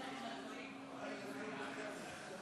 קודם כול, כשאני מקריא את הטקסט מטעם